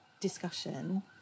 discussion